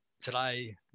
today